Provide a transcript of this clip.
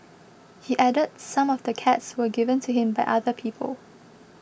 he added some of the cats were given to him by other people